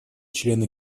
члены